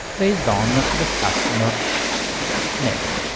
based on the customer name.